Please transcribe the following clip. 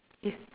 is